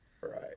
Right